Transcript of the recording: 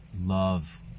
love